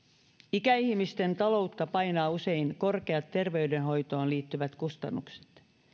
ikäihmisten taloutta painavat usein korkeat terveydenhoitoon liittyvät kustannukset